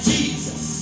Jesus